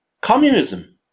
Communism